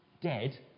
dead